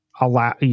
allow